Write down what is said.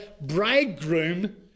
bridegroom